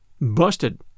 Busted